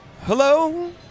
Hello